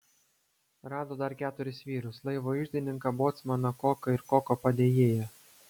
rado dar keturis vyrus laivo iždininką bocmaną koką ir koko padėjėją